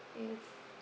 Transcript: yes